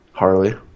Harley